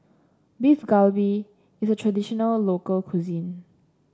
Beef Galbi is a traditional local cuisine